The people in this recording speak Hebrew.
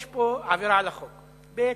יש פה עבירה על החוק, ב.